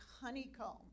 honeycomb